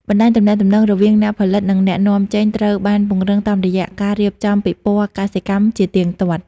បណ្ដាញទំនាក់ទំនងរវាងអ្នកផលិត និងអ្នកនាំចេញត្រូវបានពង្រឹងតាមរយៈការរៀបចំពិព័រណ៍កសិកម្មជាទៀងទាត់។